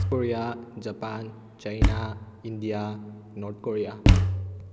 Japan China India North Korea